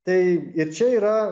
tai ir čia yra